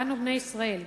בני ישראל,